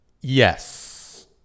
Yes